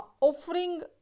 offering